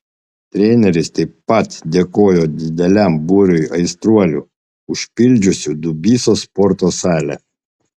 treneris taip pat dėkojo dideliam būriui aistruolių užpildžiusių dubysos sporto salę